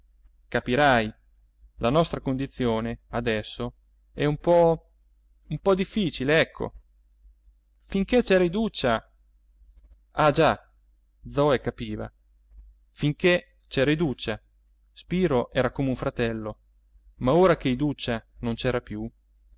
capirai la nostra condizione adesso è un po un po difficile ecco finché c'era iduccia ah già zoe capiva finché c'era iduccia spiro era come un fratello ma ora che iduccia non c'era più